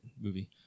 movie